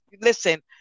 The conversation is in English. Listen